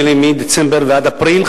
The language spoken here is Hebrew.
נדמה לי מדצמבר ועד אפריל,